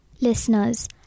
Listeners